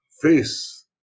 face